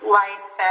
life